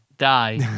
die